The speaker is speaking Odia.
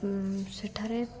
ସେଠାରେ